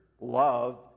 love